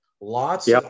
Lots